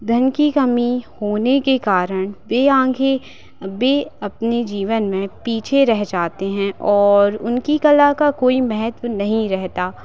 धन की कमी होने के कारण वे आगे वे अपने जीवन में पीछे रह जाते हैं और उनकी कला का कोई महत्त्व नहीं रहता